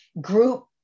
group